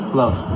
love